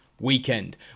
weekend